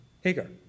Hagar